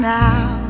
now